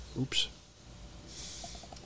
Oops